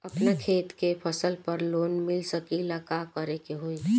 अपना खेत के फसल पर लोन मिल सकीएला का करे के होई?